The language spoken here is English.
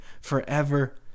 forever